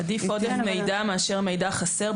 עדיף עודף מידע מאשר מידע חסר.